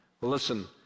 listen